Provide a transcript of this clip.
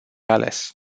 ales